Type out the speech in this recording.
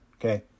okay